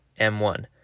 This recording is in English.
M1